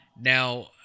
now